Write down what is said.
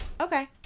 Okay